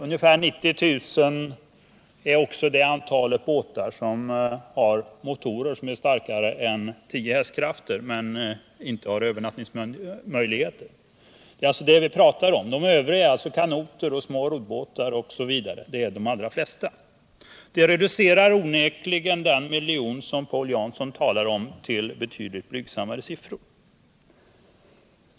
Ungefir 90 000 är också det antal båtar som har motorer som är starkare än 10 hästkrafter men inte har övernattningsmöjligheter. Det är alltså dessa båtar vi talar om. De övriga — kanoter, små roddbåtar osv. — är de allra flesta. Detta reducerar onekligen den miljon som Paul Jansson talar om till betydligt blygsammare siffror.